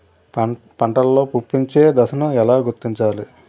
పంటలలో పుష్పించే దశను ఎలా గుర్తించాలి?